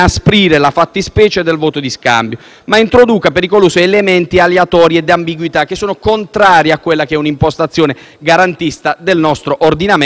ma introduca pericolosi elementi aleatori e di ambiguità, che sono contrari a quella che è un'impostazione garantista del nostro ordinamento e del mio Gruppo parlamentare.